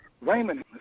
Raymond